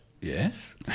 yes